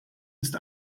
ist